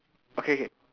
okay K